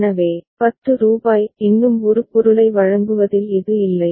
எனவே ரூபாய் 10 இன்னும் ஒரு பொருளை வழங்குவதில் இது இல்லை